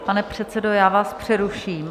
Pane předsedo, já vás přeruším.